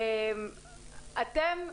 אתם,